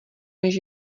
než